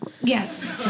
Yes